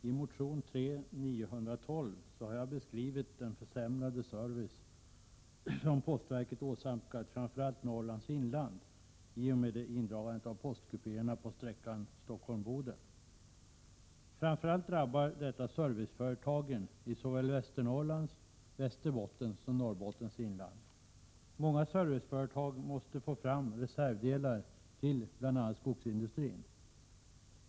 Herr talman! I motion T912 har jag beskrivit den försämrade service som postverket åsamkat framför allt Norrlands inland i och med indragandet av postkupéerna på sträckan Stockholm-Boden. I första hand drabbar detta serviceföretagen i såväl Västernorrlands som Västerbottens och Norrbottens inland. Många serviceföretag måste få fram reservdelar till bl.a. skogsindustrin.